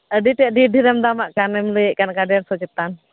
ᱟᱹᱰᱤ ᱛᱮᱫ ᱰᱷᱮᱨ ᱰᱷᱮᱨᱮᱢ ᱫᱟᱢᱟᱜ ᱠᱟᱱ ᱟᱢᱮᱢ ᱞᱟᱹᱭᱮᱫ ᱠᱟᱱ ᱰᱮᱲᱥᱚ ᱪᱮᱛᱟᱱ